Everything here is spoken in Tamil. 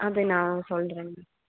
அதை நான் சொல்கிறேங்க